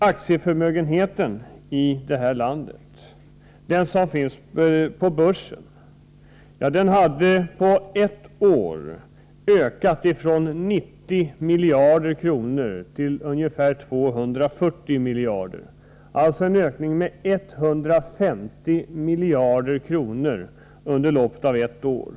Aktieförmögenheten i detta land — dvs. värdestegringen på de börsnoterade aktierna — hade på ett år ökat från 90 miljarder till ungefär 240 miljarder, alltså en ökning med 150 miljarder under loppet av ett år.